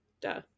duh